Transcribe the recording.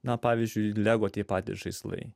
na pavyzdžiui lego tie patys žaislai